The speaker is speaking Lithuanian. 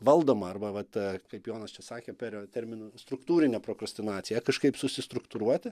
valdoma arba vat kaip jonas čia sakė perio terminu struktūrine prokrastinacija ją kažkaip susistruktūruoti